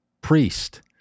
priest